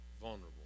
vulnerable